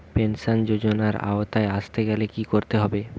Pension যজোনার আওতায় আসতে গেলে কি করতে হবে?